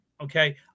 Okay